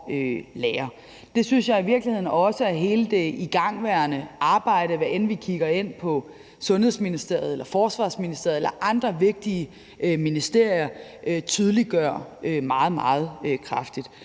lære, og det synes jeg i virkeligheden også, at hele det igangværende arbejde, hvad enten vi kigger på Sundhedsministeriet, Forsvarsministeriet eller andre vigtige ministerier, tydeliggør meget, meget kraftigt,